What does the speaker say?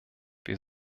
wir